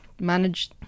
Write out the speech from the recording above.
manage